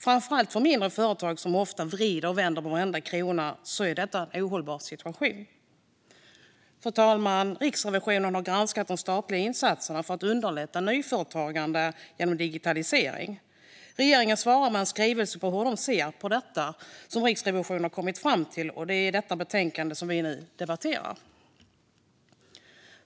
Framför allt för mindre företag, som ofta vänder och vrider på varenda krona, är detta en ohållbar situation. Fru talman! Riksrevisionen har granskat de statliga insatserna för att underlätta nyföretagande genom digitalisering. Regeringen svarar med en skrivelse om hur man ser på det som Riksrevisionen har kommit fram till. Det är detta betänkande som vi nu debatterar.